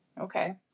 Okay